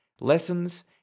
lessons